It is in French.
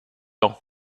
laon